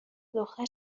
دختر